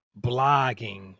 blogging